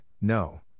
no